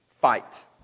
fight